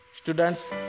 Students